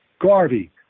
garvey